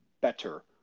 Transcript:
better